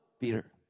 Peter